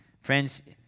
Friends